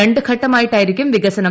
രണ്ടു ഘട്ടമായിട്ടായിരിക്കും വികസനം